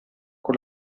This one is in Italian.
con